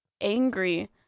angry